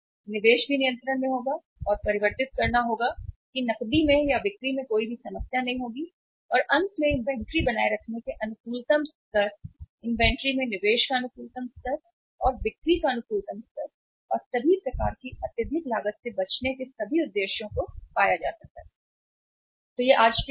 निवेश भी नियंत्रण में होगा और परिवर्तित करना होगा कि नकदी में या बिक्री में भी कोई समस्या नहीं होगी और अंत में इन्वेंट्री बनाए रखने के इष्टतम स्तर इन्वेंट्री में निवेश का इष्टतम स्तर और बिक्री का इष्टतम स्तर और सभी प्रकार की अत्यधिक लागत से बचने के सभी उद्देश्यों को पाया जा सकता है तो यह आज के लिए है